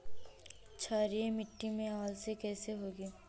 क्षारीय मिट्टी में अलसी कैसे होगी?